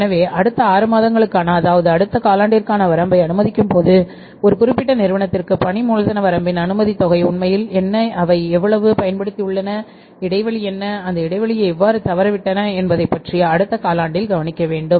எனவே அடுத்த 6 மாதங்களுக்கான அதாவது அடுத்த காலாண்டிற்கான வரம்பை அனுமதிக்கும் போது ஒரு குறிப்பிட்ட நிறுவனத்திற்கு பணி மூலதன வரம்பின் அனுமதித் தொகை உண்மையில் என்ன அவை எவ்வளவு பயன்படுத்தியுள்ளன இடைவெளி என்ன அந்த இடைவெளியை எவ்வாறு தவறவிட்டன என்பது பற்றி அடுத்த காலாண்டில் கவனிக்க வேண்டும்